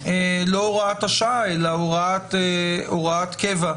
לא הוראת השעה, אלא הוראת קבע,